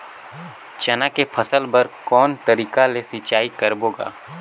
चना के फसल बर कोन तरीका ले सिंचाई करबो गा?